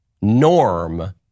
norm